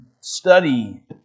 study